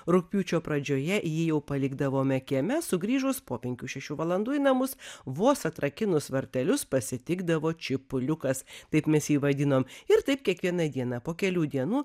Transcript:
rugpjūčio pradžioje jį jau palikdavome kieme sugrįžus po penkių šešių valandų į namus vos atrakinus vartelius pasitikdavo čipuliukas taip mes jį vadinom ir taip kiekviena diena po kelių dienų